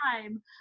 time